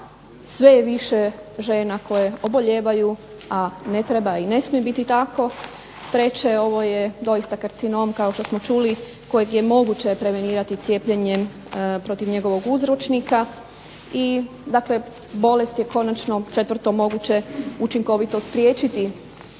sve je više žena koje obolijevaju, a ne treba i ne smije biti tako, 3. ovo je doista karcinom kao što smo čuli kojeg je moguće prevenirati cijepljenjem protiv njegovog uzročnika i 4. bolest je konačno moguće učinkovito spriječiti